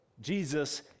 Jesus